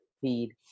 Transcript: feed